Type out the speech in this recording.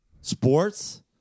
sports